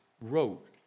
wrote